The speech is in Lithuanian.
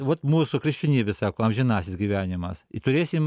vat mūsų kriščionybė sako amžinasis gyvenimas i turėsim